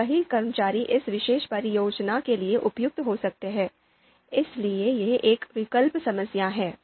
अब कई कर्मचारी इस विशेष परियोजना के लिए उपयुक्त हो सकते हैं इसलिए यह एक विकल्प समस्या है